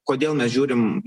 kodėl mes žiūrim